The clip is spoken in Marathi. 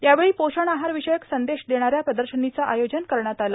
यावेळी पोषण आहार विषयक संदेश देणाऱ्या प्रदर्शनीचं आयोजन करण्यात आलं